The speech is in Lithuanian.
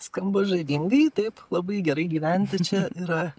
skamba žavingai taip labai gerai gyventi čia yra